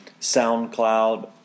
SoundCloud